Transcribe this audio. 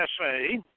essay